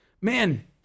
man